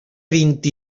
vint